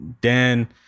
Dan